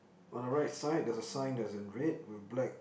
on the right side there's a sign that's in red with black